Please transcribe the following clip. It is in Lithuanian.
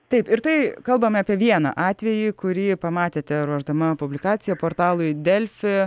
taip ir tai kalbame apie vieną atvejį kurį pamatėte ruošdama publikaciją portalui delfi